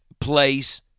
place